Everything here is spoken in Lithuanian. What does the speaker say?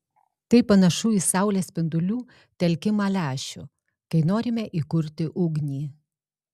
tai panašu į saulės spindulių telkimą lęšiu kai norime įkurti ugnį